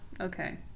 okay